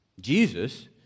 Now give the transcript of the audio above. Jesus